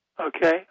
Okay